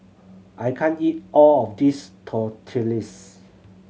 I can't eat all of this Tortillas